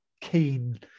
keen